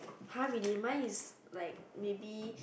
!huh! really mine is like maybe